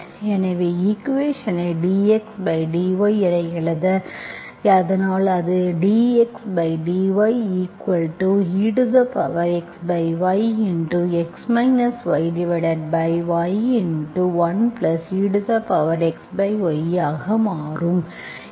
எனவே ஈக்குவேஷன்ஐப் dxdy என எழுத அதனால் அது dxdyexy x yy 1exy ஆக மாறும்